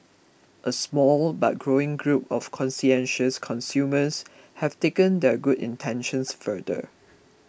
a small but growing group of conscientious consumers have taken their good intentions further